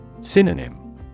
Synonym